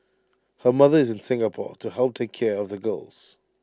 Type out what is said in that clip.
her mother is in Singapore to help take care of the girls